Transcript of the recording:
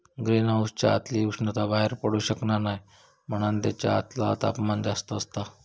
green हाउसच्या आतली उष्णता बाहेर पडू शकना नाय म्हणान तेच्या आतला तापमान जास्त असता